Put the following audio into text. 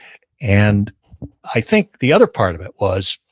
and i think the other part of it was,